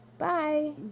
Bye